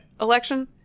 election